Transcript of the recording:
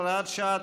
הוראת שעה),